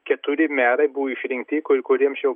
keturi merai buvo išrinkti kur kuriems jau